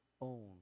own